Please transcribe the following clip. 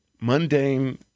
mundane